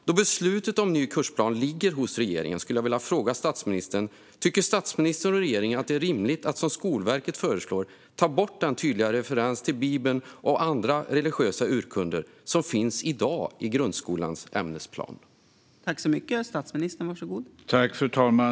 Då beslutet om ny kursplan ligger hos regeringen skulle jag vilja fråga statsministern: Tycker statsministern och regeringen att det är rimligt att som Skolverket föreslår ta bort den tydliga referens till Bibeln och andra religiösa urkunder som finns i grundskolans ämnesplan i dag?